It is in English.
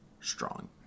Strong